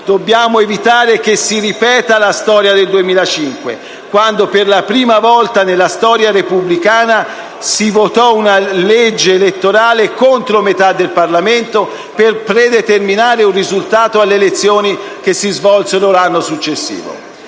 Dobbiamo evitare che si ripeta la storia del 2005, quando per la prima volta nella storia repubblicana si votò una legge elettorale contro metà del Parlamento per predeterminare un risultato alle elezioni che si svolsero l'anno successivo.